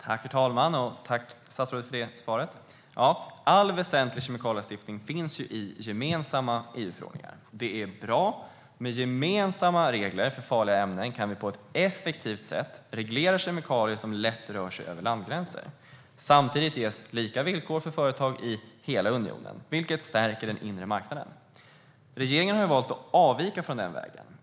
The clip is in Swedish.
Herr talman! Tack för det svaret, statsrådet! All väsentlig kemikalielagstiftning finns i gemensamma EU-förordningar. Det är bra. Med gemensamma regler för farliga ämnen kan vi på ett effektivt sätt reglera kemikalier som lätt rör sig över landgränser. Samtidigt ges lika villkor för företag i hela unionen, vilket stärker den inre marknaden. Regeringen har valt att avvika från den vägen.